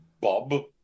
Bob